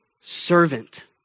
servant